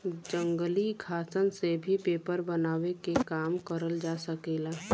जंगली घासन से भी पेपर बनावे के काम करल जा सकेला